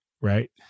right